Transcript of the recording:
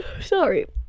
Sorry